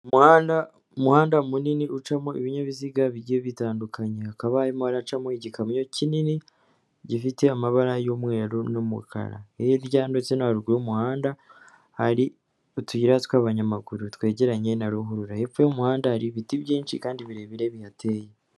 Umuhanda munini ucamo ibinyabiziga bigiye bitandukanye, hakaba harimo haracamo igikamyo kinini gifite amabara y'umweru n'umukara, hirya ndetse no haruguru y'umuhanda hari utuyira tw'abanyamaguru twegeranye na ruhurura, hepfo y'umuhanda hari ibiti byinshi kandi birebire bihateye.